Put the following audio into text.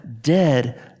dead